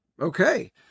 Okay